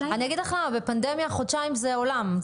אני אגיד לך למה: בפנדמיה חודשיים זה עולם.